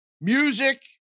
music